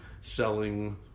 selling